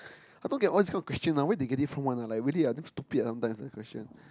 how come I get all these questions ah where they get it from one ah like really ah damn stupid sometimes the question